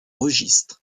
registre